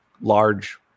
large